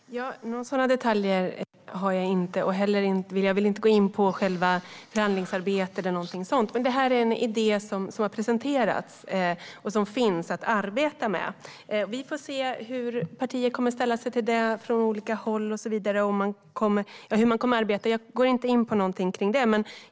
Herr ålderspresident! Några sådana detaljer har jag inte. Jag vill heller inte gå in på själva förhandlingsarbetet eller någonting sådant. Detta är en idé som har presenterats och som finns att arbeta med. Vi får se hur partier kommer att ställa sig till det från olika håll och hur man kommer att arbeta. Jag går inte in någonting kring det.